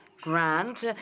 grant